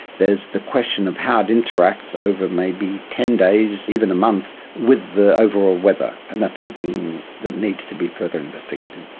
there is the question of how it interacts over maybe ten days, even a month, with the overall weather, and that's something that needs to be further investigated.